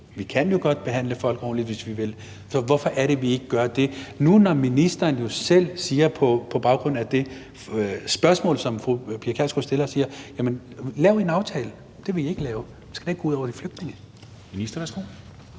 vi kan jo godt behandle folk ordentligt, hvis vi vil, så hvorfor er det, vi ikke gør det? Ministeren siger det jo selv på baggrund af det spørgsmål, som fru Pia Kjærsgaard stiller. Lav en aftale, men det vil I ikke gøre. Men det skal da ikke gå ud over de flygtninge. Kl.